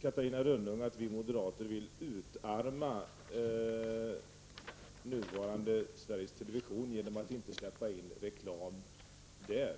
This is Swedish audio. Catarina Rönnung tror att vi moderater vill utarma nuvarande Sveriges Television genom att inte släppa in reklam där.